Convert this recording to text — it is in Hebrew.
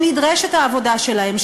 שנדרשת בהם העבודה שלהם,